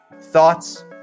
thoughts